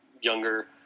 younger